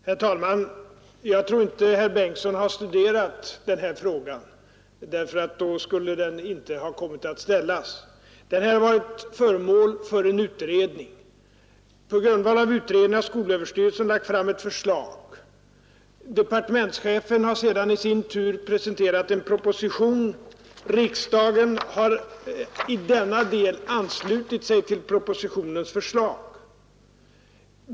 Herr talman! Jag tror inte att herr Bengtsson har studerat denna sak. Om så varit fallet hade frågan aldrig ställts. Detta ärende har varit föremål för en utredning. På grundval av denna har skolöverstyrelsen lagt fram ett förslag. Departementschefen har sedan i sin tur presenterat en proposition. Riksdagen har i denna del anslutit sig till propositionens förslag.